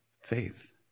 Faith